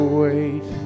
wait